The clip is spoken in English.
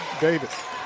Davis